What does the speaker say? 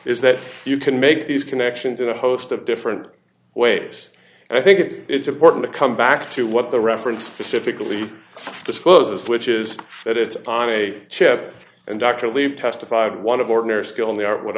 is that you can make these connections in a host of different ways and i think it's important to come back to what the reference pacifically discloses which is that it's on a chip and dr leave testified one of ordinary skill in the art would